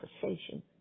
conversation